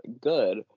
good